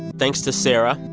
thanks to sarah.